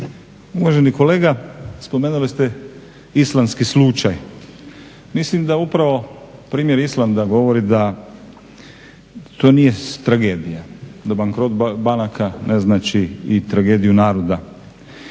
Uvaženi kolega spomenuli ste islandski slučaj. Mislim da upravo primjer Islanda govori da to nije tragedija, da bankrot banaka ne znači i tragediju naroda.